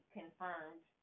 confirmed